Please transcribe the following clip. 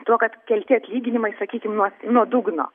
tuo kad kelti atlyginimai sakykim nuo nuo dugno